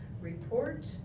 report